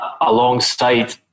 alongside